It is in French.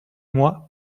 moi